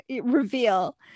reveal